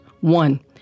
One